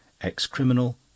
ex-criminal